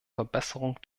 verbesserung